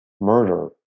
murder